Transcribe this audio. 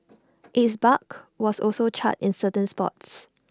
its bark was also charred in certain spots